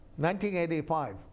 1985